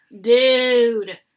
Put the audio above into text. Dude